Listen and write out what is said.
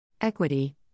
Equity